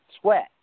sweat